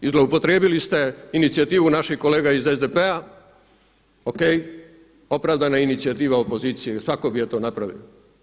I zloupotrijebili ste inicijativu naših kolega iz SDP-a, O.K., opravdana inicijativa opozicije, svatko bi to napravio.